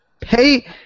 Pay